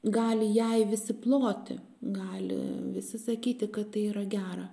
gali jai visi ploti gali visi sakyti kad tai yra gera